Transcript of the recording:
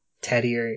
Teddy